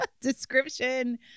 description